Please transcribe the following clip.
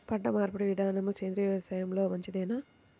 పంటమార్పిడి విధానము సేంద్రియ వ్యవసాయంలో మంచిదేనా?